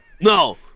No